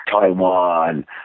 Taiwan